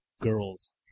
girls